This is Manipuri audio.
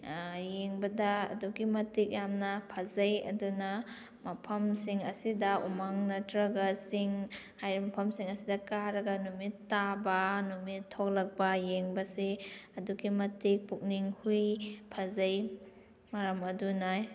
ꯌꯦꯡꯕꯗ ꯑꯗꯨꯛꯀꯤ ꯃꯇꯤꯛ ꯌꯥꯝꯅ ꯐꯖꯩ ꯑꯗꯨꯅ ꯃꯐꯝꯁꯤꯡ ꯑꯁꯤꯗ ꯎꯃꯪ ꯅꯠꯇ꯭ꯔꯒ ꯆꯤꯡ ꯍꯥꯏꯔꯤꯕ ꯃꯐꯝꯁꯤꯡ ꯑꯁꯤꯗ ꯀꯥꯔꯒ ꯅꯨꯃꯤꯠ ꯇꯥꯕ ꯅꯨꯃꯤꯠ ꯊꯣꯛꯂꯛꯄ ꯌꯦꯡꯕꯁꯤ ꯑꯗꯨꯛꯀꯤ ꯃꯇꯤꯛ ꯄꯨꯛꯅꯤꯡ ꯍꯨꯏ ꯐꯖꯩ ꯃꯔꯝ ꯑꯗꯨꯅ